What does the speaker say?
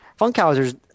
Funkhauser's